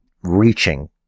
reaching